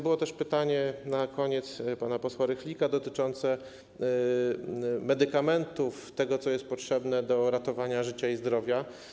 Było też na koniec pytanie pana posła Rychlika dotyczące medykamentów, tego, co jest potrzebne do ratowania życia i zdrowia.